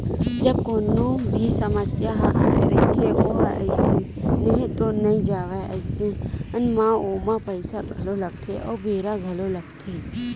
जब कोनो भी समस्या ह आय रहिथे ओहा अइसने तो नइ जावय अइसन म ओमा पइसा घलो लगथे अउ बेरा घलोक लगथे